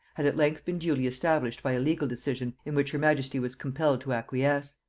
had at length been duly established by a legal decision in which her majesty was compelled to acquiesce.